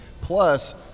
plus